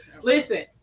listen